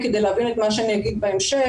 כדי להבין את מה שאני אגיד בהמשך.